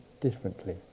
differently